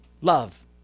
love